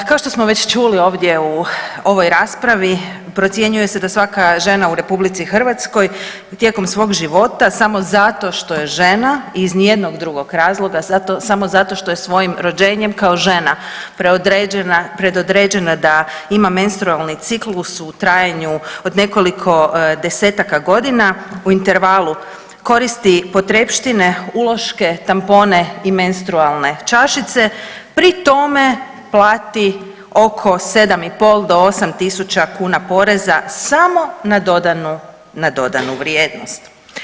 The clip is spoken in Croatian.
Kao što smo već čuli ovdje u ovoj raspravi procjenjuje se da svaka žena u Republici Hrvatskoj tijekom svog života samo zato što je žena, iz ni jednog drugog razloga, samo zato što je svojim rođenjem kao žena predodređena da ima menstrualni ciklus u trajanju od nekoliko desetaka godina u intervalu koristi potrepštine: uloške, tampone i menstrualne čašice, pri tome plati oko 7 i pol do 8 tisuća kuna poreza samo na dodanu vrijednost.